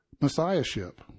messiahship